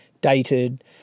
dated